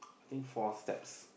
I think four steps